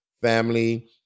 family